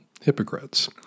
hypocrites